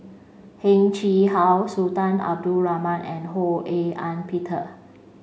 Heng Chee How Sultan Abdul Rahman and Ho A Ean Peter